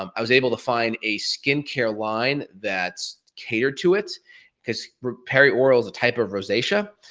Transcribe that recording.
um i was able to find a skincare line, that's catered to it, cause perioral is a type of rosacea,